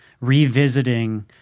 revisiting